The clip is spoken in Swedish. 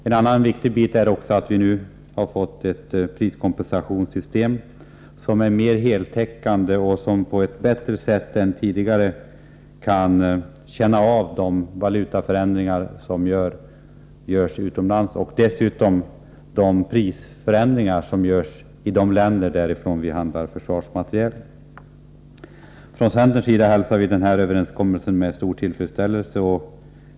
En annan viktig sak är att vi nu fått ett priskompensationssystem som är mer heltäckande och som på ett bättre sätt än tidigare tar hänsyn till de valutaförändringar som görs utomlands och dessutom de prisförändringar som görs av de länder där vi handlar försvarsmateriel. Från centerns sida hälsar vi den här överenskommelsen med stor tillfredsställelse.